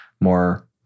more